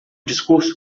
discurso